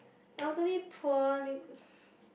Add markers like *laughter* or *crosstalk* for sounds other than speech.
elderly poor need *breath*